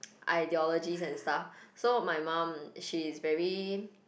ideology and stuff so my mum she is very